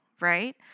right